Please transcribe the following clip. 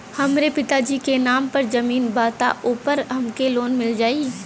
हमरे पिता जी के नाम पर जमीन बा त ओपर हमके लोन मिल जाई?